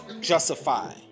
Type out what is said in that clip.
justify